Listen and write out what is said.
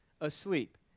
asleep